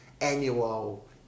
annual